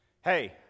Hey